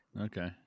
Okay